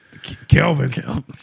Kelvin